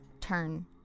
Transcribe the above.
turn